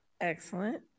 Excellent